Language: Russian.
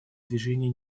движения